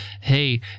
hey